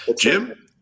Jim